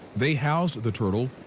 they housed the turtle.